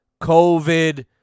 COVID